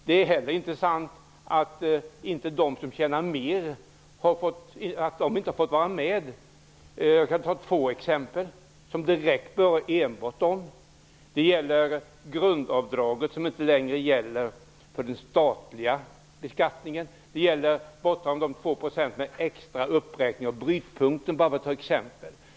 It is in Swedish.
Det är inte heller sant att inte de som tjänar mer varit med och betalat. Jag skall nämna två exempel som direkt berör sådana. Grundavdraget gäller inte längre för den statliga beskattningen. Man har tagit bort den 2-procentiga extra uppräkningen vid brytpunkten, för att ta ett par exempel.